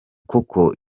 koko